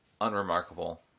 unremarkable